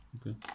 okay